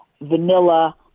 vanilla